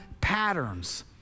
patterns